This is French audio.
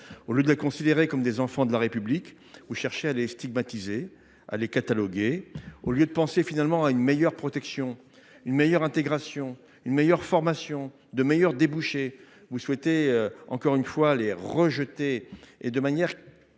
Au lieu de les considérer comme des enfants de la République, vous cherchez à les stigmatiser, à les cataloguer. Au lieu de penser à leur offrir une meilleure protection, une meilleure intégration, une meilleure formation, de meilleurs débouchés, vous souhaitez les rejeter, de manière